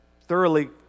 thoroughly